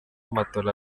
matola